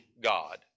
God